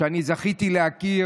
שאני זכיתי להכיר,